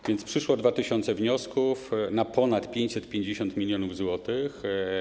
A więc przyszło 2 tys. wniosków na ponad 550 mln zł.